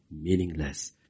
Meaningless